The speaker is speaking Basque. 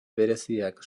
bereziak